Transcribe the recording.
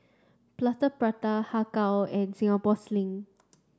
Plaster Prata Har Kow and Singapore sling